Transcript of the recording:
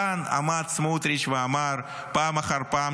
כאן עמד סמוטריץ' ואמר פעם אחר פעם